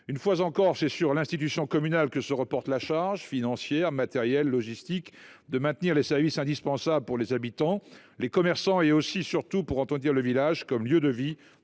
Une fois encore, c’est sur l’institution communale qu’est reportée la charge financière, matérielle, logistique de maintenir les services indispensables pour les habitants, les commerçants et, aussi et surtout, pour la préservation de la fonction de lieu de vie,